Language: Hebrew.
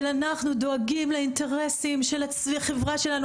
של אנחנו דואגים לאינטרסים של החברה שלנו,